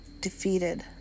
defeated